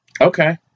Okay